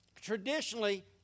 traditionally